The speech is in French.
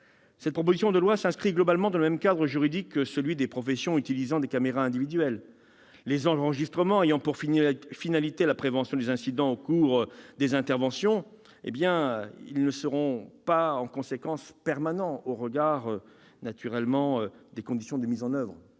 Cette proposition de loi s'inscrit en général dans le même cadre juridique que celui des professions utilisant déjà des caméras individuelles. Les enregistrements ayant pour finalité la prévention des incidents au cours des interventions, ils ne seront donc pas permanents au regard des conditions de mise en oeuvre